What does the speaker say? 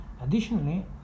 Additionally